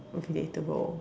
relatable